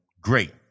great